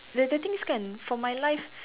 the the things can for my life